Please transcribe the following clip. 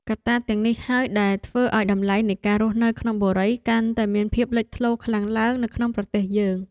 កត្តាទាំងអស់នេះហើយដែលធ្វើឱ្យតម្លៃនៃការរស់នៅក្នុងបុរីកាន់តែមានភាពលេចធ្លោខ្លាំងឡើងនៅក្នុងប្រទេសយើង។